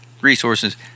resources